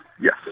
Yes